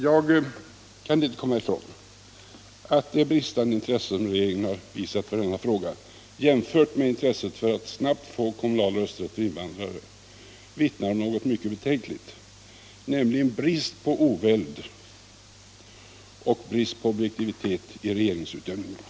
Jag kan inte komma ifrån att det bristande intresse som regeringen har visat för denna fråga jämfört med intresset för att snabbt ge kommunal rösträtt åt invandrare vittnar om något mycket beklagligt, nämligen en brist på oväld och objektivitet i regeringsutövningen.